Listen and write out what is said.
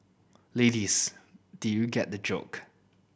ladies did you get the joke